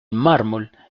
mármol